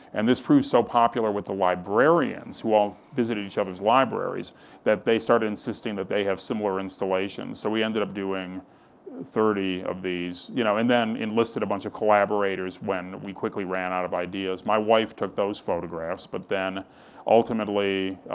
and this proved so popular with the librarians, who all visited each other's libraries that they started insisting that they have similar installations, so we ended up doing thirty of these, you know and then enlisted a bunch of collaborators when we quickly ran out of ideas. my wife took those photographs, but then ultimately,